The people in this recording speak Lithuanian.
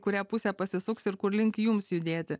kurią pusę pasisuks ir kur link jums judėti